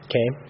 Okay